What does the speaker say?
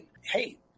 Hey